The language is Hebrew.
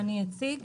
אני אציג.